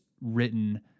written